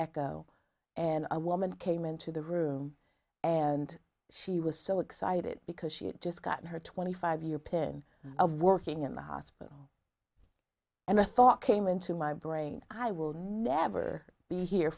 echo and a woman came into the room and she was so excited because she had just gotten her twenty five year pin of working in the hospital and i thought came into my brain i will never be here